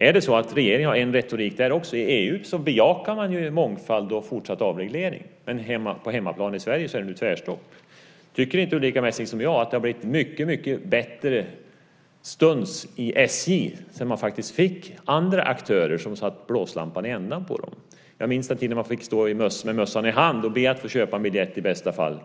Ger regeringen verkligen klara besked i retoriken? I EU bejakar man ju mångfald och fortsatt avreglering, men på hemmaplan i Sverige är det nu tvärstopp. Tycker inte Ulrica Messing som jag att det har blivit mycket bättre stuns i SJ sedan man fick andra aktörer som satte blåslampan i ändan på dem? Jag minns den tiden man fick stå med mössan i hand och be att få köpa en biljett i bästa fall